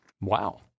Wow